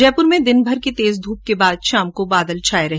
जयपूर में दिनभर तेज धूप के बाद शाम को बादल छाये रहे